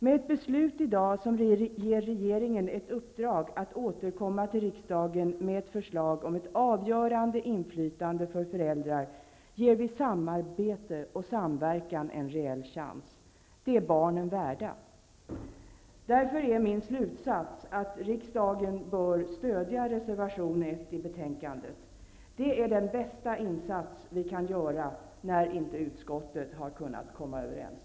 Med ett beslut i dag som ger regeringen i uppdrag att återkomma till riksdagen med ett förslag om ett avgörande inflytande för föräldrar ger vi samarbete och samverkan en reell chans. Det är barnen värda. Därför är min slutsats att riksdagens ledamöter bör stödja reservation 1 i betänkandet. Det är den bästa insats vi kan göra när utskottet inte har kunnat komma överens.